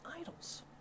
idols